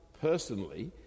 personally